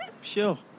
Sure